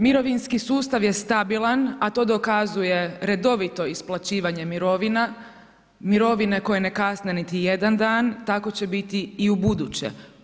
Mirovinski sustav je stabilan a to dokazuje redovito isplaćivanje mirovina, mirovine koje ne kasne niti jedan dan, tako će biti i ubuduće.